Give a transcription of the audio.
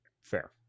Fair